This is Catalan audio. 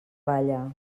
balla